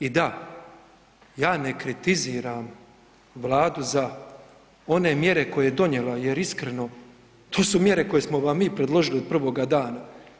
I da, ja ne kritiziram Vladu za one mjere koje je donijela jer iskreno to su mjere koje smo vam mi predložili prvoga dana.